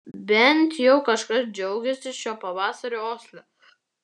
bent jau kažkas džiaugėsi šiuo pavasariu osle